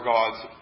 God's